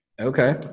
Okay